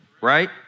right